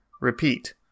repeat